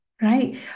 Right